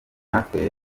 natwe